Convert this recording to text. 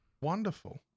Wonderful